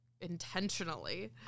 intentionally